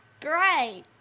Great